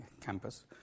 campus